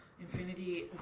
Infinity